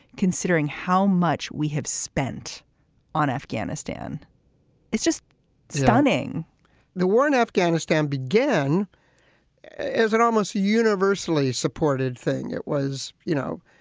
considering how much we have spent on afghanistan it's just stunning stunning the war in afghanistan began as an almost universally supported thing. it was, you know,